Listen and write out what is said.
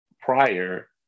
prior